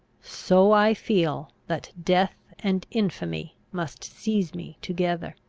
so i feel that death and infamy must seize me together.